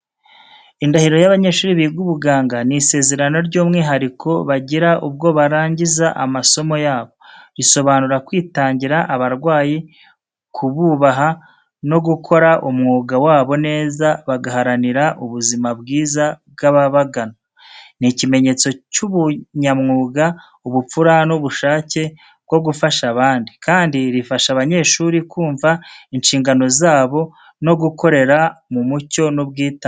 Indahiro y’abanyeshuri biga ubuganga ni isezerano ry’umwihariko bagira ubwo barangiza amasomo yabo. Risobanura kwitangira abarwayi, kububaha no gukora umwuga wabo neza, bagaharanira ubuzima bwiza bw’ababagana. Ni ikimenyetso cy’ubunyamwuga, ubupfura n’ubushake bwo gufasha abandi, kandi rifasha abanyeshuri kumva inshingano zabo no gukorera mu mucyo n’ubwitange.